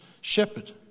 Shepherd